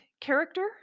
character